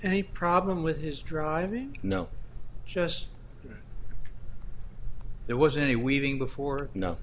any problem with his driving no just there wasn't any weaving before